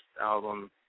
album